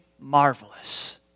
marvelous